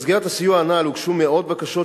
במסגרת הסיוע הנ"ל הוגשו מאות בקשות,